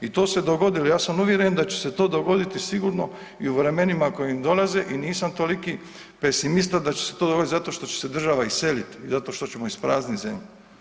I to se dogodilo, ja sam uvjeren da će se to dogoditi sigurno i u vremenima koji dolaze i nisam toliki pesimista da će se to dogodili zato što će se država iselit i zato što ćemo ispraznit zemlju.